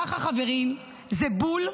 ככה, חברים, זה בול,